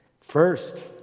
first